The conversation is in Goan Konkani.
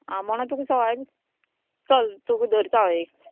आं म्हणो तुका सवाय बी चल तुका धरता हांव एक